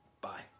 Bye